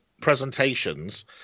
presentations